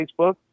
Facebook